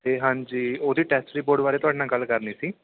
ਤਾਂ ਹਾਂਜੀ ਉਹਦੀ ਟੈਸਟ ਰਿਪੋਰਟ ਬਾਰੇ ਤੁਹਾਡੇ ਨਾਲ ਗੱਲ ਕਰਨੀ ਸੀ